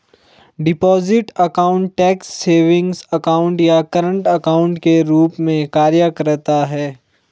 deposit account tax savings account या current account के रूप में कार्य करता है